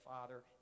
father